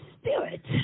spirit